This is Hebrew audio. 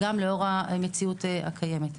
גם לאור המציאות הקיימת.